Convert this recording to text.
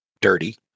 dirty